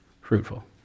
fruitful